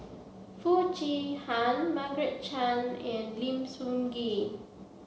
Foo Chee Han Margaret Chan and Lim Sun Gee